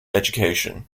education